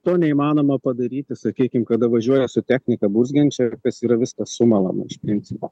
to neįmanoma padaryti sakykim kada važiuoja su technika burzgiančia kas yra viskas sumalama iš principo